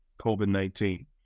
COVID-19